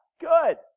good